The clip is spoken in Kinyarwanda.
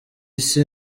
isi